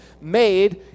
made